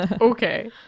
Okay